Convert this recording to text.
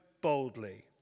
boldly